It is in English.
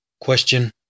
Question